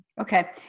Okay